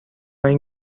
این